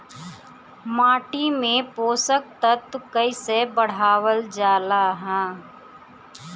माटी में पोषक तत्व कईसे बढ़ावल जाला ह?